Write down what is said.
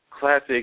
Classic